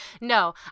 no